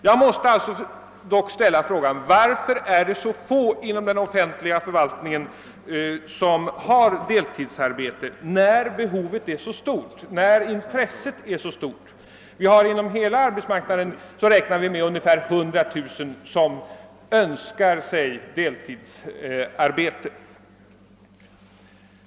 Jag måste ställa frågan: Varför är det så få inom den offentliga förvaltningen som har deltidsarbete när både behovet och intresset är så stort? man med att ungefär 100 000 personer önskar sig deltidsarbete.